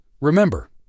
Remember